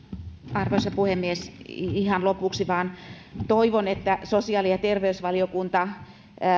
arvoisa puhemies ihan lopuksi vain toivon että sosiaali ja terveysvaliokunta